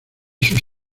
sus